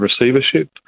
receivership